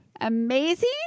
amazing